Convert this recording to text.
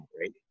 Right